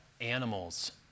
animals